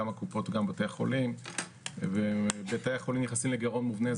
גם הקופות וגם בתי החולים ובתי החולים נכנסים לגירעון מובנה,